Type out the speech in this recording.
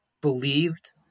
believed